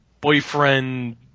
boyfriend